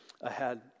ahead